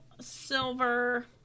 silver